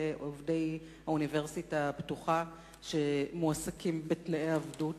עובדי האוניברסיטה הפתוחה שמועסקים בתנאי עבדות,